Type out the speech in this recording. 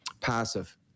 passive